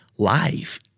Life